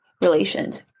Relations